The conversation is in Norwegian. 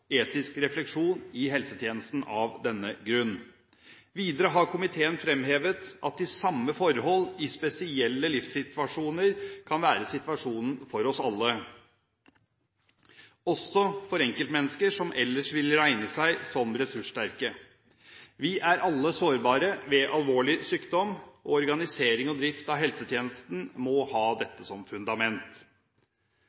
etisk refleksjon i helsetjenesten av denne grunn. Videre har komiteen fremhevet at de samme forhold i spesielle livssituasjoner kan være situasjonen for oss alle, også for enkeltmennesker som ellers ville regne seg som ressurssterke. Vi er alle sårbare ved alvorlig sykdom, og organisering og drift av helsetjenesten må ha